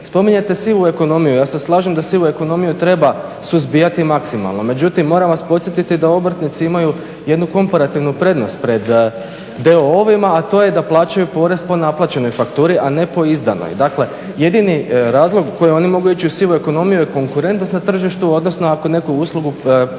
Spominjete sivu ekonomiju, ja se slažem da sivu ekonomiju treba suzbijati maksimalno, međutim moram vas podsjetiti da obrtnici imaju jednu komparativnu prednost pred d.o.o.-ima a to je da plaćaju porez po naplaćenoj fakturi, a ne po izdanoj. Dakle jedini razlog koji mogu oni ići u sivu ekonomiju je konkurentnost na tržištu odnosno ako netko uslugu daju